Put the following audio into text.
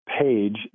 page